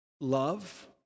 love